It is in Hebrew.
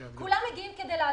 כולם הגיעו כדי לעזור.